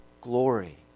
glory